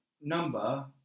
number